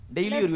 Daily